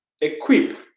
equip